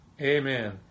amen